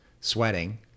sweating